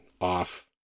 off